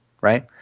Right